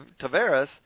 Tavares